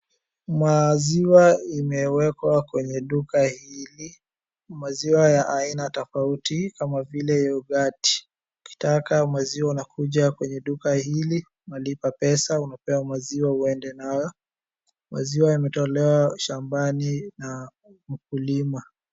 Maziwa imewekwa kwenye duka hili. Maziwa ya aina tofauti kama vile yoghati . Ukitaka maziwa unakuja kwenye duka hili, unalipa pesa unapewa maziwa uede nayo. Maziwa yametolewa shambani na mkulima.